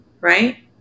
right